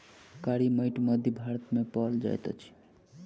कारी माइट मध्य भारत मे पाओल जाइत अछि